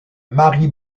mari